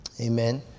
Amen